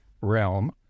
realm